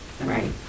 Right